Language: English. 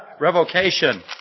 revocation